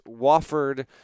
Wofford